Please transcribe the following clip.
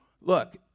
Look